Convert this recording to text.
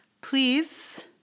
please